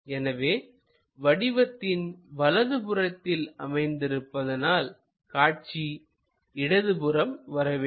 எனவே வடிவத்தின் வலதுபுறத்தில் அமைந்திருப்பதனால் காட்சி இடது புறம் வரவேண்டும்